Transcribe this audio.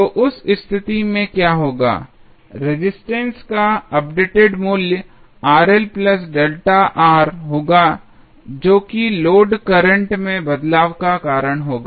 तो उस स्थिति में क्या होगा रेजिस्टेंस का अपडेटेड मूल्य होगा जो कि लोड करंट में बदलाव का कारण होगा